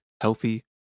healthy